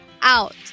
out